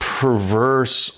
perverse